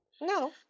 No